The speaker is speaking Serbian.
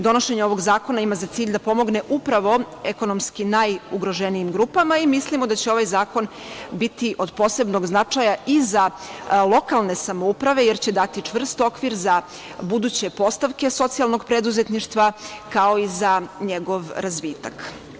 Donošenje ovog zakona ima za cilj da pomogne upravo ekonomskim najugroženijim grupama i mislimo da će ovaj zakon biti od posebnog značaja i za lokalne samouprave, jer će dati čvrst okvir za buduće postavke socijalnog preduzetništva, kao i za njegov razvitak.